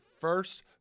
first